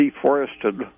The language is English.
Deforested